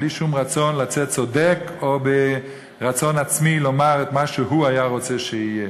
בלי שום רצון לצאת צודק או רצון עצמי לומר את מה שהוא היה רוצה שיהיה,